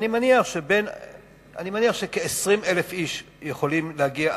אני מניח שכ-20,000 איש יכולים להגיע,